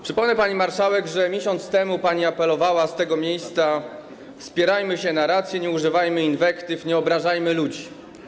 Przypomnę, pani marszałek, że miesiąc temu apelowała pani z tego miejsca: spierajmy się na racje, nie używajmy inwektyw, nie obrażajmy ludzi.